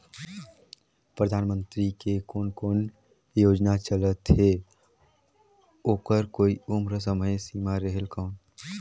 परधानमंतरी के कोन कोन योजना चलत हे ओकर कोई उम्र समय सीमा रेहेल कौन?